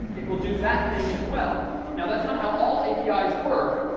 it will do that thing as well. now, that's not how all apis work,